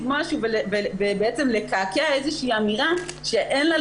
משהו ובעצם לקעקע איזה שהיא אמירה שאין לה,